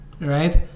right